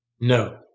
No